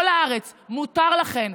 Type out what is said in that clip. ונשים תדענה בכל הארץ: מותר לכן,